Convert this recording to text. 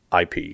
IP